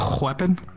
Weapon